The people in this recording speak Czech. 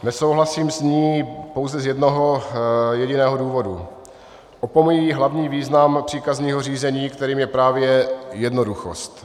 Nesouhlasím s ní pouze z jednoho jediného důvodu opomíjí hlavní význam příkazního řízení, kterým je právě jednoduchost.